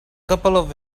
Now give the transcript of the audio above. couple